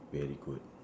very good